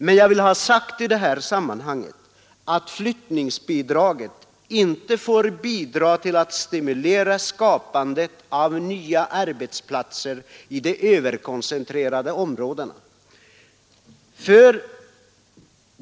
Men jag vill i detta sammanhang ha sagt att flyttningsbidraget inte får bidra till att stimulera skapandet av nya arbetsplatser i de överkoncentrerade områdena.